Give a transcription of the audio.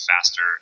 faster